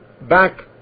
back